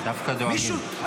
דווקא דואגים.